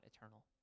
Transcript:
eternal